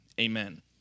amen